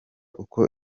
uko